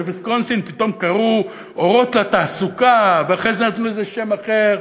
לוויסקונסין פתאום קראו "אורות לתעסוקה" ואחרי זה נתנו לזה שם אחר.